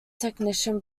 technician